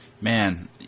Man